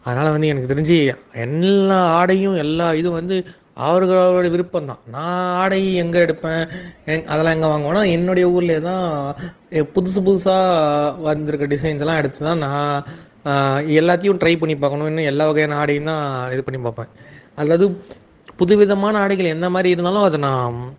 அதனால் வந்து எனக்கு தெரிஞ்சு எல்லா ஆடையும் எல்லா இதுவும் வந்து அவரவர்களுடைய விருப்பம் தான் நான் ஆடை எங்கே எடுப்பேன் அதெல்லாம் எங்கே வாங்குவேன்னா என்னுடைய ஊர்லேயே தான் புதுசு புதுசாக வந்திருக்க டிசைன்ஸுலாம் எடுத்து தான் நான் எல்லாத்தையும் ட்ரை பண்ணி பாக்கணும்னு எல்லா வகையான ஆடையும் தான் இது பண்ணி பார்ப்பேன் அதாவது புதுவிதமான ஆடைகள் எந்த மாதிரி இருந்தாலும் அதை நான்